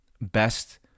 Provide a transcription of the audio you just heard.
best